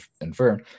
infer